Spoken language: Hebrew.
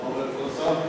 מה אומר אדוני השר?